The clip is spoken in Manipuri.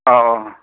ꯑꯣ ꯑꯣ